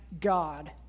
God